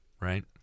right